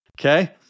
okay